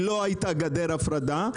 הרי לא הייתה גדר הפרדה.